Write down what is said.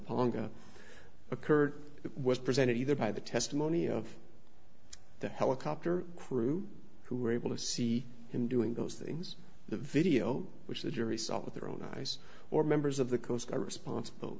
pongo occurred it was presented either by the testimony of the helicopter crew who were able to see him doing those things the video which the jury saw with their own eyes or members of the coast guard respons